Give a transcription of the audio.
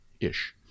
ish